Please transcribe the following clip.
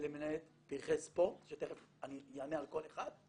ולמעט פרחי ספורט, שתיכף אני אענה על כל אחד,